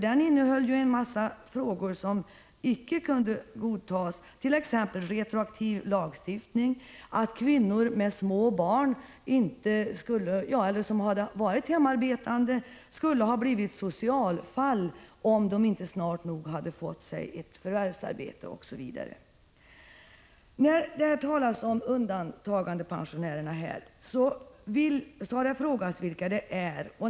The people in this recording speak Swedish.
Den hade ju en massa inslag som icke kunde accepteras, t.ex. retroaktiv lagstiftning och ett förslag, som innebar att kvinnor, som hade varit hemarbetande skulle ha blivit socialfall, om de inte snart nog hade fått ett förvärvsarbete. Det har här frågats vilka undantagandepensionärerna är.